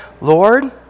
Lord